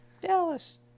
Dallas